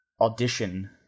audition